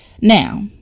Now